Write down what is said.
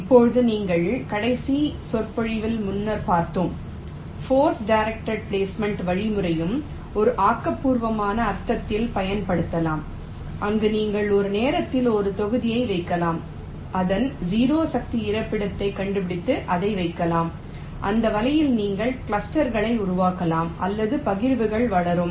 இப்போது எங்கள் கடைசி சொற்பொழிவில் முன்னர் பார்த்தோம் போர்ஸ் டைரெக்டட் பிளேஸ்மென்ட் வழிமுறையும் ஒரு ஆக்கபூர்வமான அர்த்தத்தில் பயன்படுத்தப்படலாம் அங்கு நீங்கள் ஒரு நேரத்தில் ஒரு தொகுதியை வைக்கலாம் அதன் 0 சக்தி இருப்பிடத்தைக் கண்டுபிடித்து அதை வைக்கலாம் அந்த வகையில் நீங்கள் கிளஸ்டர்களை உருவாக்கலாம் அல்லது பகிர்வுகள் வளரும்